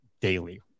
daily